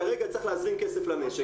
כרגע, צריך להזרים כסף למשק.